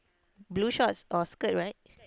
blue shorts or skirt right